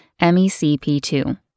MECP2